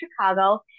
Chicago